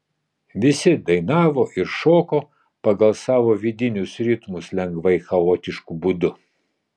visi dainavo ir šoko pagal savo vidinius ritmus lengvai chaotišku būdu